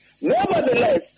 Nevertheless